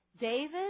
David